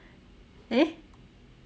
eh